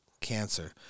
cancer